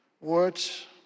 words